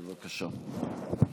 בבקשה.